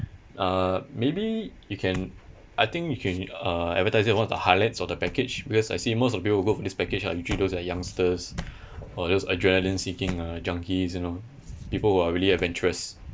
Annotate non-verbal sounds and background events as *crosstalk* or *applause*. uh maybe you can I think you can uh advertise that as one of the highlights of the package because I see most of the people who go for this package are usually those like youngsters *breath* or just adrenaline seeking uh junkies you know people who are really adventurous